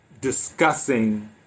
discussing